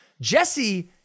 Jesse